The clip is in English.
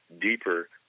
deeper